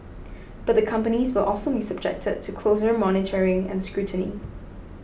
but the companies will also be subjected to closer monitoring and scrutiny